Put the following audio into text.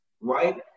right